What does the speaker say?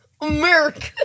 America